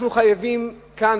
אנחנו חייבים כאן,